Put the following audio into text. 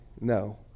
no